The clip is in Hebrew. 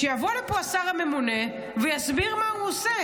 שיבוא לפה השר הממונה ויסביר מה הוא עושה.